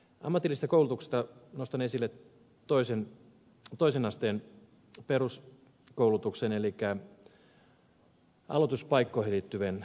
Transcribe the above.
ammatillisesta koulutuksesta nostan esille toisen asteen peruskoulutuksen elikkä aloituspaikkoihin liittyvän yksityiskohdan